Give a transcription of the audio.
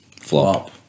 Flop